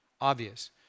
obvious